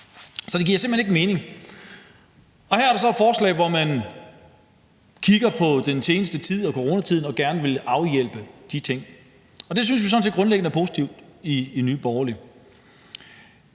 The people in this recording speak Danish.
Så det giver simpelt hen ikke mening. Her er der så et forslag, hvor man kigger på, hvad der er sket under coronatiden, og gerne vil afhjælpe de ting, og det syntes vi sådan set grundlæggende er positivt i Nye Borgerlige.